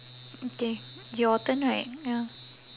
okay your turn right ya